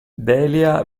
delia